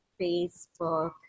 Facebook